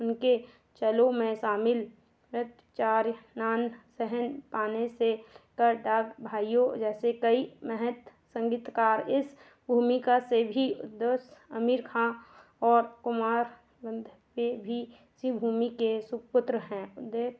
उनके चेलों में शामिल नृत चार नान सहन पाने से करडाग भाइयों जैसे कई महत्व संगीतकार इस भूमिका से भी उस्ताद आमिर ख़ाँ और कुमार वंधवे भी इसी भूमि के सुपुत्र हैं उस्ताद